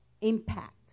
impact